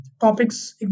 topics